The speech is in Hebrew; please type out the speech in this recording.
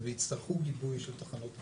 ויצטרכו גיבוי של תחנות גז,